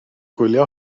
gwylio